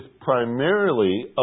primarily